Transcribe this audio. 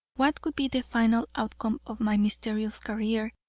what would be the final outcome of my mysterious career,